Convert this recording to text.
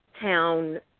Town